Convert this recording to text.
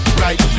right